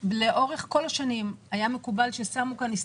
לאורך כל השנים היה מקובל ששמו כאן,